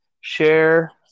share